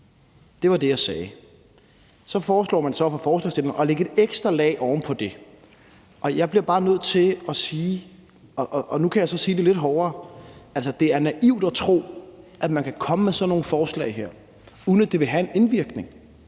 Det var det, jeg sagde. Så foreslår man så fra forslagsstillernes side at lægge et ekstra lag oven på det. Jeg bliver bare nødt til at sige – og nu kan jeg så sige det lidt hårdere – at det er naivt at tro, at man kan komme med sådan nogle forslag her, uden at det vil have en indvirkning.